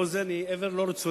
אוזן היא איבר לא רצוני,